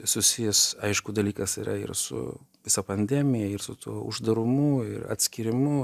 susijęs aišku dalykas yra ir su visa pandemija ir su tuo uždarumu ir atskyrimu